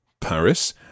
Paris